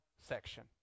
section